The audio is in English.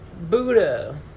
Buddha